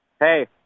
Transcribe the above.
Hey